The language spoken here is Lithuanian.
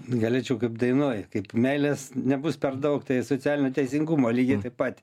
galėčiau kaip dainoj kaip meilės nebus per daug tai socialinio teisingumo lygiai taip pat